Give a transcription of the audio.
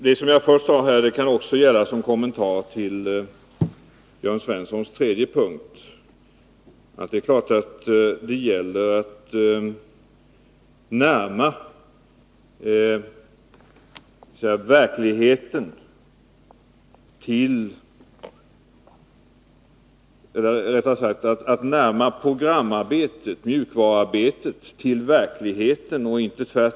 Det jag nu har sagt kan också gälla som kommentar till den tredje punkten i Jörn Svenssons anförande. Det är klart att det gäller att närma programarbetet, arbetet med mjukvaran, till verkligheten och inte tvärtom.